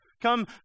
Come